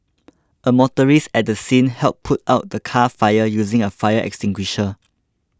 a motorist at the scene helped put out the car fire using a fire extinguisher